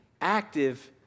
active